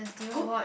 good